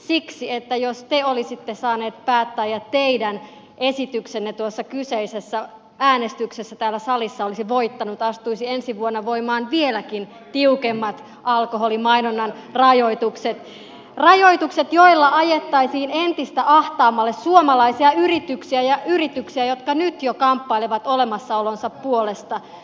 siksi että jos te olisitte saaneet päättää ja teidän esityksenne tuossa kyseisessä äänestyksessä täällä salissa olisi voittanut astuisivat ensi vuonna voimaan vieläkin tiukemmat alkoholimainonnan rajoitukset rajoitukset joilla ajettaisiin entistä ahtaammalle suomalaisia yrityksiä ja yrityksiä jotka nyt jo kamppailevat olemassaolonsa puolesta